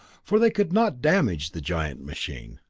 for they could not damage the giant machine.